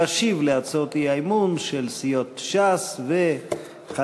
להשיב על הצעות האי-אמון של סיעות ש"ס וחד"ש